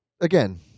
again